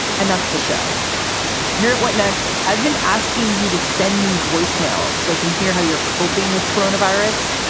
and that's the show here. what next? i've been asking you to send me voicemails so i can hear how you're coping with corona virus.